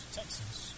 Texas